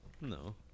No